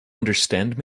understand